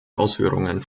ausführungen